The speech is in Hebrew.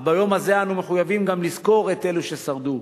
אך ביום הזה אנו מחויבים גם לזכור את אלו ששרדו,